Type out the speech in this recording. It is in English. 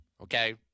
okay